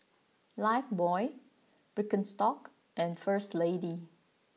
Lifebuoy Birkenstock and First Lady